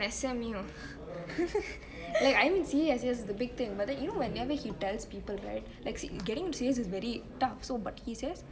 S_M_U ya I'm in C_S yes it's a big thing but then you know whenever he tells people right like getting into C_S is very tough but he says